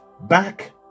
back